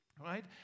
right